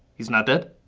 he's not dead?